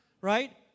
Right